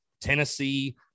Tennessee